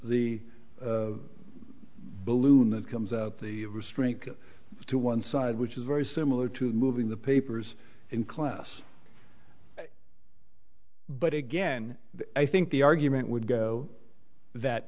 the balloon that comes out the restraint to one side which is very similar to moving the papers in class but again i think the argument would go that